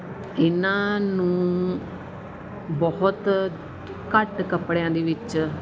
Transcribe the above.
ਇਹਨਾਂ ਨੂੰ ਬਹੁਤ ਘੱਟ ਕੱਪੜਿਆਂ ਦੇ ਵਿੱਚ